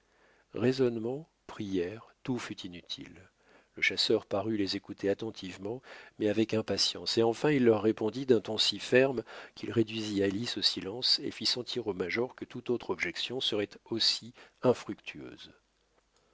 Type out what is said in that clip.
raisonnements prières tout fut inutile le chasseur parut les écouter attentivement mais avec impatience et enfin il leur répondit d'un ton si ferme qu'il réduisit alice au silence et fit sentir au major que toute autre objection serait aussi infructueuse